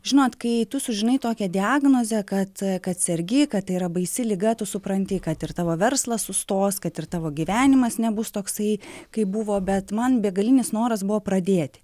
žinot kai tu sužinai tokią diagnozę kad kad sergi kad tai yra baisi liga tu supranti kad ir tavo verslas sustos kad ir tavo gyvenimas nebus toksai kaip buvo bet man begalinis noras buvo pradėti